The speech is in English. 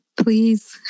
please